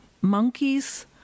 Monkeys